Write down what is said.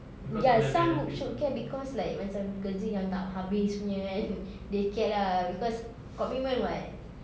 ya some should care because like macam kerja yang tak habis punya kan they care lah because commitment [what]